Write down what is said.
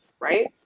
Right